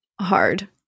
Hard